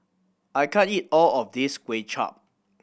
I can't eat all of this Kway Chap